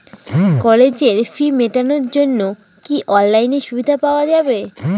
কলেজের ফি মেটানোর জন্য কি অনলাইনে সুবিধা পাওয়া যাবে?